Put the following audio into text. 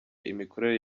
imikorere